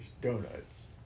Donuts